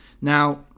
Now